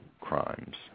crimes